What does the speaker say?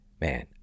Man